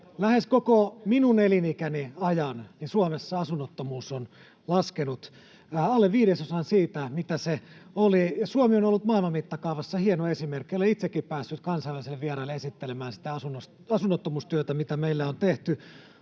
Lähes koko minun elinikäni ajan Suomessa asunnottomuus on laskenut, vähän alle viidesosaan siitä, mitä se oli, ja Suomi on ollut maailman mittakaavassa hieno esimerkki. Olen itsekin päässyt kansainvälisille vieraille esittelemään sitä asunnottomuustyötä, mitä meillä on tehty.